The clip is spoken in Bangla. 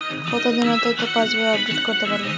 কতদিন অন্তর পাশবই আপডেট করতে পারব?